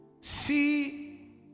See